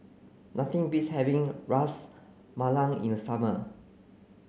nothing beats having Ras Malai in the summer